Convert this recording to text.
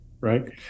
Right